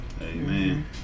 Amen